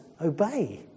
obey